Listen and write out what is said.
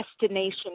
destination